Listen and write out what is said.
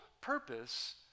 purpose